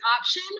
option